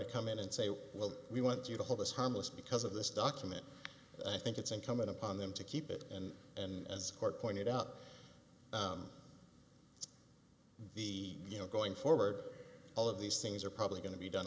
to come in and say well we want you to hold us harmless because of this document i think it's incumbent upon them to keep it and as court pointed out you know going forward all of these things are probably going to be done